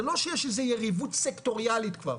זה לא שיש יריבות סקטוריאלית כבר,